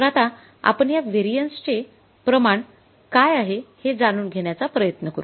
तर आता आपण या व्हेरिएन्सचे प्रमाण काय आहे हे जाणून घेण्याचा प्रयत्न करू